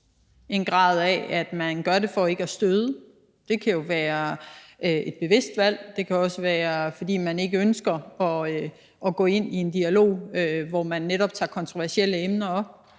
en grad af, at man gør det for ikke at støde – det kan jo være et bevidst valg, det kan også være, fordi man ikke ønsker at gå ind i en dialog, hvor man netop tager kontroversielle emner op.